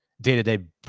day-to-day